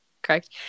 correct